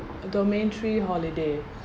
domain three holiday